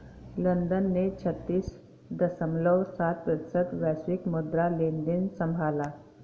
London ने छत्तीस दश्मलव सात प्रतिशत वैश्विक मुद्रा लेनदेन संभाला